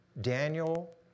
Daniel